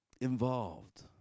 involved